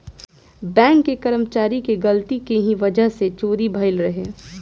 bank के कर्मचारी के गलती के ही वजह से चोरी भईल रहे